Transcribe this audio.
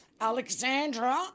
Alexandra